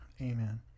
Amen